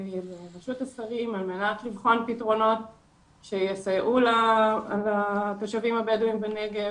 על מנת לבחון פתרונות שיסייעו לתושבים הבדואים בנגב